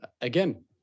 Again